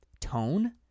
tone